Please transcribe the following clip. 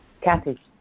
Kathy